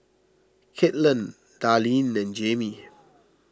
Caitlin Darleen and Jaime